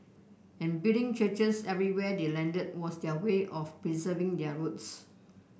and building churches everywhere they landed was their way of preserving their roots